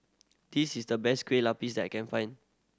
this is the best Kueh Lapis I can find